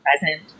present